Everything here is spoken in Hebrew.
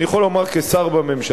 אני יכול לומר כשר בממשלה,